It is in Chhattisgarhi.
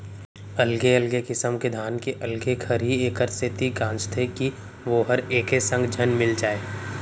अलगे अलगे किसम के धान के अलगे खरही एकर सेती गांजथें कि वोहर एके संग झन मिल जाय